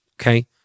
okay